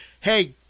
hey